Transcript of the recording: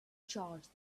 charge